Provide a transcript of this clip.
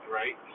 right